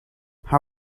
how